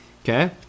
Okay